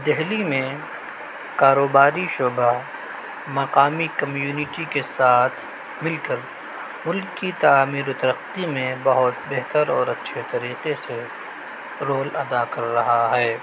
دہلی میں کاروباری شعبہ مقامی کمیونیٹی کے ساتھ مل کر ملک کی تعمیر و ترقی میں بہت بہتر اور اچھے طریقے سے رول ادا کر رہا ہے